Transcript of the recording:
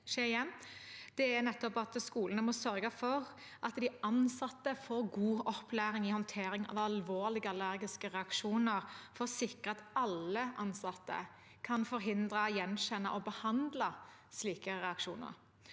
skolene må sørge for at de ansatte får god opplæring i håndtering av alvorlige allergiske reaksjoner for å sikre at alle ansatte kan forhindre, gjenkjenne og behandle slike reaksjoner.